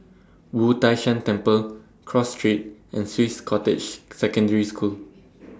Wu Tai Shan Temple Cross Street and Swiss Cottage Secondary School